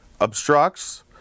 obstructs